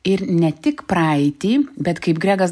ir ne tik praeitį bet kaip gregas